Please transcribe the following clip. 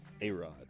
A-Rod